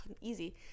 easy